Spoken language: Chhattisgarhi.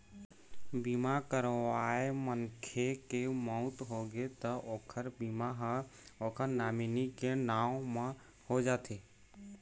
बीमा करवाए मनखे के मउत होगे त ओखर बीमा ह ओखर नामनी के नांव म हो जाथे